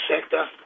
sector